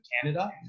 Canada